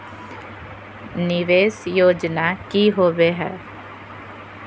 निवेस योजना की होवे है?